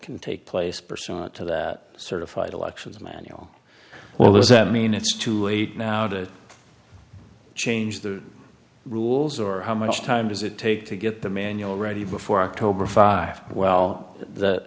can take place pursuant to the certified elections manual well is that mean it's too late now to change the rules or how much time does it take to get the manual ready before october five well